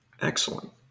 Excellent